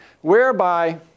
whereby